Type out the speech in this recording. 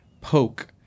poke